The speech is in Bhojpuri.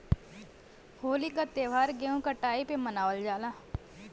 होली क त्यौहार गेंहू कटाई पे मनावल जाला